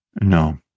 No